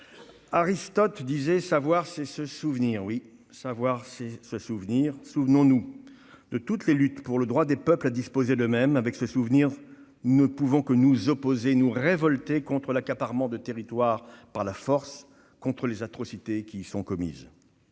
Aristote disait que « savoir, c'est ce souvenir ». Oui, savoir, c'est se souvenir : souvenons-nous donc de toutes les luttes pour le droit des peuples à disposer d'eux-mêmes. Grâce à ce souvenir, nous ne pouvons que nous opposer, en nous révoltant, à l'accaparement de territoires par la force et aux atrocités qui y sont commises.